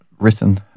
written